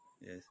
yes